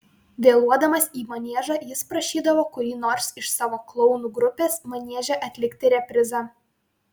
vėluodamas į maniežą jis prašydavo kurį nors iš savo klounų grupės manieže atlikti reprizą